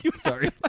Sorry